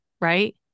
right